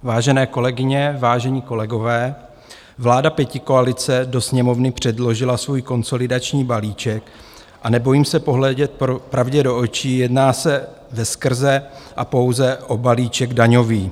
Vážené kolegyně, vážení kolegové, vláda pětikoalice do Sněmovny předložila svůj konsolidační balíček a nebojím se pohledět pravdě do očí, jedná se veskrze a pouze o balíček daňový.